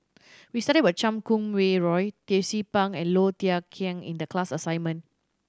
we studied about Chan Kum Wah Roy Tracie Pang and Low Thia Khiang in the class assignment